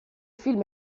film